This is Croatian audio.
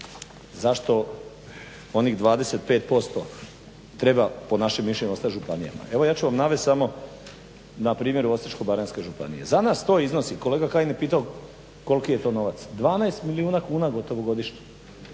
zašto onih 25% treba po našem mišljenju ostati županijama? Evo ja ću vam navest samo na primjeru Osječko-baranjske županije. Za nas to iznosi, kolega Kajin je pitao koliki je to novac? 12 milijuna kuna gotovo godišnje.